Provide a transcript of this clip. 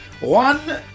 one